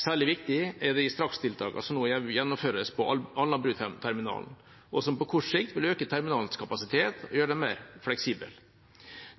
Særlig viktig er de strakstiltakene som nå gjennomføres på Alnabruterminalen, som på kort sikt vil øke terminalens kapasitet og gjøre den mer fleksibel.